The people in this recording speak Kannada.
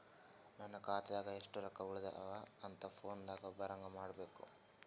ನನ್ನ ಖಾತಾದಾಗ ಎಷ್ಟ ರೊಕ್ಕ ಉಳದಾವ ಅಂತ ಫೋನ ದಾಗ ಬರಂಗ ಮಾಡ ಬೇಕ್ರಾ?